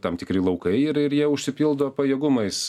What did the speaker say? tam tikri laukai ir ir jie užsipildo pajėgumais